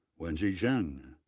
wenjie zheng,